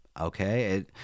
Okay